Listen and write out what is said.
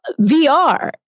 VR